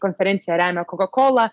konferenciją remia kokakola